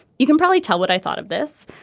you can probably tell what i thought of this.